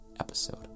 episode